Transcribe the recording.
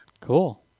Cool